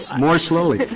more slowly.